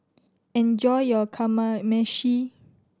enjoy your Kamameshi